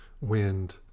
wind